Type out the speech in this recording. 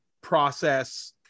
process